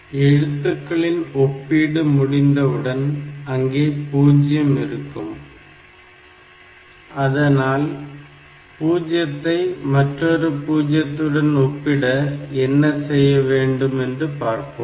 எழுத்துக்களின் ஒப்பீடு முடிந்தவுடன் அங்கே 0 இருக்கும் அதனால் 0 த்தை மற்றொரு 0 த்துடன் ஒப்பிட என்ன செய்யவேண்டும் என்று பார்ப்போம்